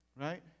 Right